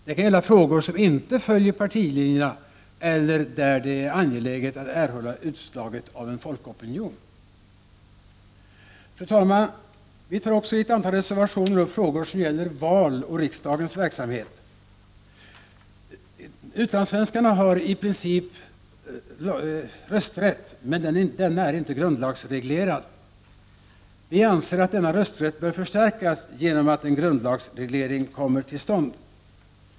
Det kan gälla frågor som inte följer partilinjerna eller där det är angeläget att erhålla utslaget av en folkopinion. Fru talman! Vi tar i ett antal reservationer upp frågor som gäller val och riksdagens verksamhet. Utlandssvenskarna har i princip rösträtt, men den är inte grundlagsreglerad. Vi anser att denna rösträtt bör förstärkas genom att en grundlagsreglering kommer till stånd.